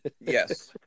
Yes